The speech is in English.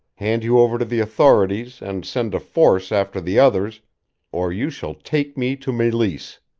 hand you over to the authorities and send a force after the others or you shall take me to meleese.